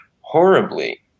horribly